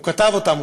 הוא כתב אותה.